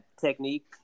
technique